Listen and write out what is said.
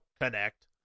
connect